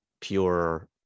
pure